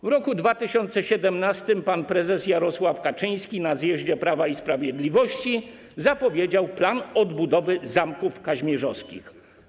W roku 2017 pan prezes Jarosław Kaczyński na zjeździe Prawa i Sprawiedliwości zapowiedział plan odbudowy zamków kazimierzowskich.